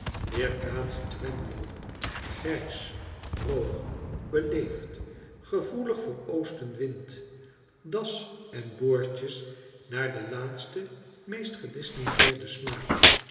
weerkaatst twemlow grijs droogt beleefd gevoelig voor oostenwind das en boordjes naar den laatsten meest gedistingeerden smaak